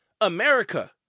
America